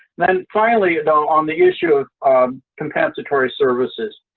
then finally, though, on the issue of compensatory services.